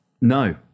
No